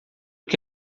que